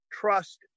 trust